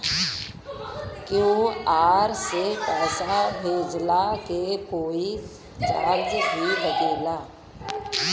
QR से पैसा भेजला के कोई चार्ज भी लागेला?